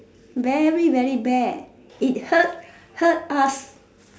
very very bad it hurts hurt us